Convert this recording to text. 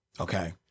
Okay